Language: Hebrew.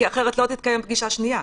כי אחרת לא תתקיים פגישה שנייה.